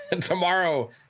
Tomorrow